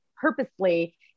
purposely